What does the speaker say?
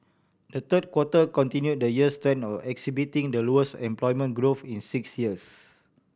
the third quarter continue the year's trend of exhibiting the lowest employment growth in six years